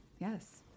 Yes